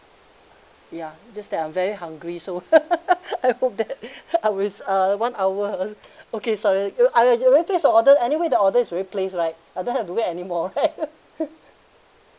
ya just that I'm very hungry so I hope that I is uh one hour okay sorry it uh I already placed the order anyway the order is already placed right I don't have to wait anymore right